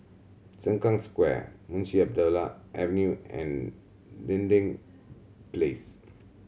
Sengkang Square Munshi Abdullah Avenue and Dinding Place